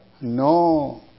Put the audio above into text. No